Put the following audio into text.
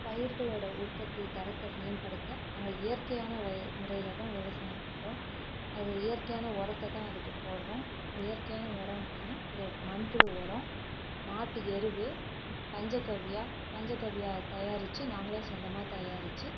பயிர்களோடய உற்பத்தி தரத்தை மேம்படுத்த நாங்கள் இயற்கையான வை முறையில் தான் விவசாயம் பண்றோம் அது இயற்கையான உரத்தை தான் அதுக்கு போடுகிறோம் இயற்கையான உரம் அப்படின்னா இது மண்புழு உரம் மாட்டு எரு பஞ்சகவ்யா பஞ்சகவ்யா தயாரித்து நாங்களே சொந்தமாக தயாரித்து